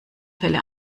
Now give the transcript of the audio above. fälle